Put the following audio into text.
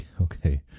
okay